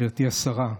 גברתי השרה,